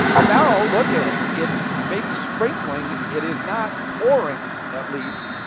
and now look at it's maybe sprinkling. it is not pouring at least,